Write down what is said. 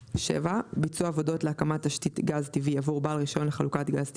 "(7) ביצוע עבודות להקמת תשתית גז טבעי עבור בעל רישיון לחלוקת גז טבעי,